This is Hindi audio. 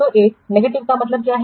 तो एक नकारात्मक का मतलब क्या है